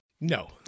No